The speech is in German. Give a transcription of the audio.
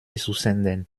zusenden